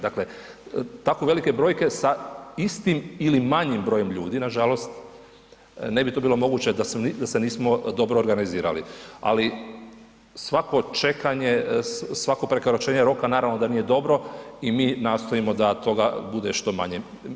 Dakle, tako velike brojke se istim ili manjem brojem ljudi nažalost ne bi to bilo moguće da se nismo dobro organizirali, ali svako čekanje, svako prekoračenje roka naravno da nije dobro i mi nastojimo da toga bude što manje.